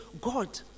God